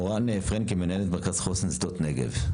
מורן פרנקל, מנהלת מרכז חוסן שדות נגב.